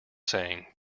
saying